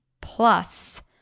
plus